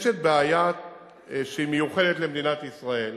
יש בעיה שהיא מיוחדת למדינת ישראל,